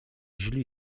źli